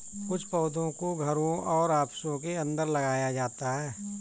कुछ पौधों को घरों और ऑफिसों के अंदर लगाया जाता है